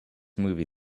movie